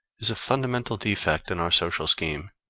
is a fundamental defect in our social scheme,